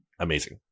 Amazing